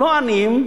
לא עניים,